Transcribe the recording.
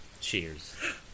Cheers